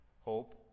hope